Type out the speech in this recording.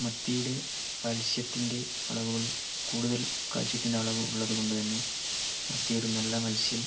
മത്തിയുടെ കാൽസ്യത്തിൻ്റെ അളവുകളും കൂടുതൽ കാൽസ്യത്തിൻ്റെ അളവ് ഉള്ളത് കൊണ്ട് തന്നെ മത്തിയൊരു നല്ല മത്സ്യം